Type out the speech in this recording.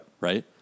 Right